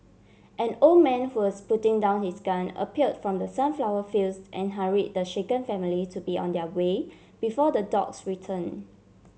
an old man who was putting down his gun appear from the sunflower fields and hurry the shaken family to be on their way before the dogs return